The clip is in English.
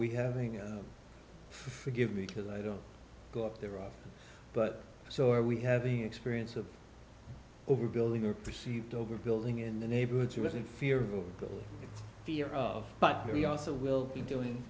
we having a forgive me because i don't go up there often but so are we having experience of overbuilding are perceived over building in the neighborhood she was in fear fear of but we also will be doing